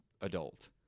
adult